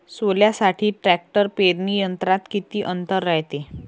सोल्यासाठी ट्रॅक्टर पेरणी यंत्रात किती अंतर रायते?